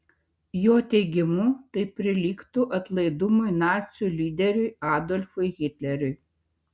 jo teigimu tai prilygtų atlaidumui nacių lyderiui adolfui hitleriui